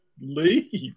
leave